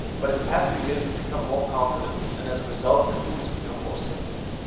but in the past three years, we've become more confident. and as a result, the food has become more simple.